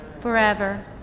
forever